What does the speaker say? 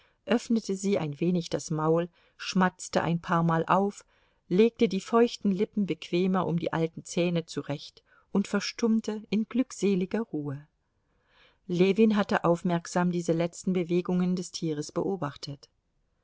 öffnete sie ein wenig das maul schmatzte ein paarmal auf legte die feuchten lippen bequemer um die alten zähne zurecht und verstummte in glückseliger ruhe ljewin hatte aufmerksam diese letzten bewegungen des tieres beobachtet